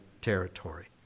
territory